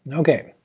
and okay,